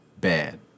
bad